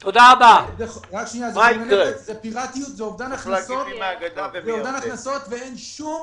זה פירטיות, זה אובדן הכנסות ואין שום